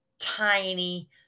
tiny